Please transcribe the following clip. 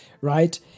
right